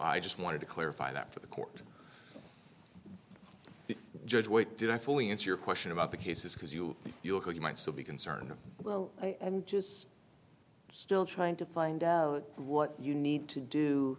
i just wanted to clarify that for the court judge wait did i fully answer your question about the cases because you you are you might still be concerned i'm just still trying to find what you need to do